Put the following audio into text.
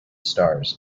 stars